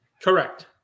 Correct